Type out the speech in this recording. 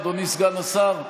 אדוני סגן השר.